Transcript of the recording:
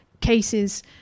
cases